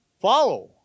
follow